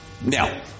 Now